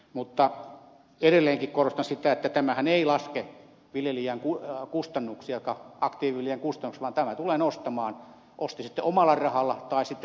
mutta edelleenkin korostan sitä että tämähän ei laske viljelijän kustannuksia aktiiviviljelijän kustannuksia vaan tämä tulee nostamaan niitä osti sitten omalla rahalla tai sitten velkarahalla